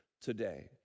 today